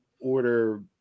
order